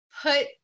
put